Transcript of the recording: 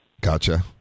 Gotcha